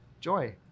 joy